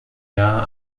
jahr